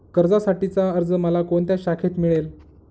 कर्जासाठीचा अर्ज मला कोणत्या शाखेत मिळेल?